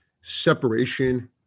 separation